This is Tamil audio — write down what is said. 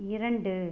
இரண்டு